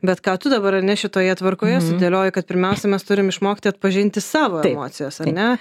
bet ką tu dabar ar ne šitoje tvarkoje sudėlioji kad pirmiausia mes turim išmokti atpažinti savo emocijas ar ne